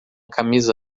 camisa